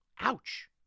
Ouch